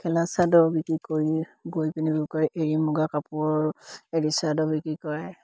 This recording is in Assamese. মেখেলা চাদৰ বিক্ৰী কৰি গৈ এৰী মুগা কাপোৰৰ এৰী চাদৰ বিক্ৰী কৰে